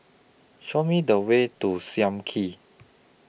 Show Me The Way to SAM Kee